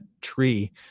tree